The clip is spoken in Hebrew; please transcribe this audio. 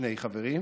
שני חברים,